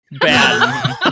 bad